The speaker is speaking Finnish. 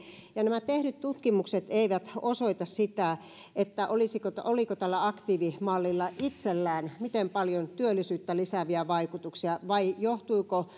oikein nämä tehdyt tutkimukset eivät osoita sitä oliko tällä aktiivimallilla itsellään miten paljon työllisyyttä lisääviä vaikutuksia vai johtuiko